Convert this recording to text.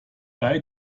bei